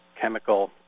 chemical